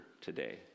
today